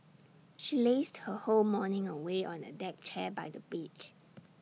she lazed her whole morning away on A deck chair by the beach